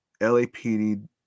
LAPD